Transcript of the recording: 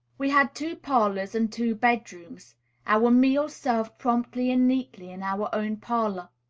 we had two parlors and two bedrooms our meals served promptly and neatly, in our own parlor.